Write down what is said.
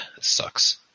sucks